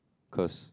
cause